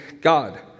God